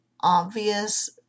obvious